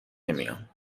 نمیام